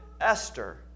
Esther